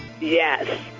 Yes